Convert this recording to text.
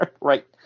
Right